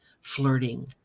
flirting